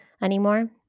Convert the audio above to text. anymore